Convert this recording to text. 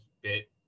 bit